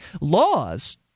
Laws